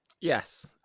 yes